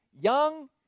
young